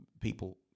people